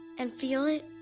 and feel it,